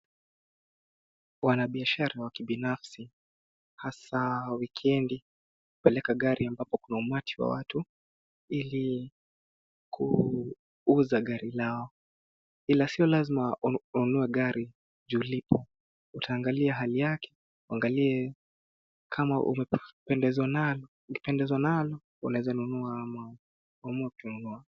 Wanabiashara wa kibinafsi hasa wikendi hupeleka gari ambapo Kuna umati wa watu ili kuuza gari lao ila sio lazima ununue gari ju lipo uta angalia hali yake, uangalie kama umependezwa nalo, ukipendezwa nalo unaweza nunua ama uamue Kununua.